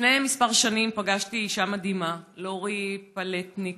לפני כמה שנים פגשתי אישה מדהימה, לורי פלטניק,